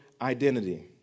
identity